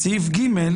בסעיף קטן (ג)